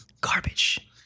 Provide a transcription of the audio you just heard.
garbage